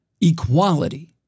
Equality